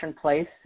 place